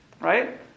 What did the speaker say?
right